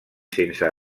sense